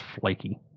flaky